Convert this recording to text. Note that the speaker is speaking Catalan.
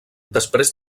després